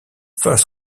first